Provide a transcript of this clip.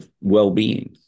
well-being